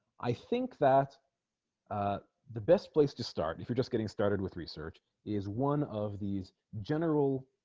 i think that the best place to start if you're just getting started with research is one of these general